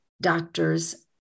doctors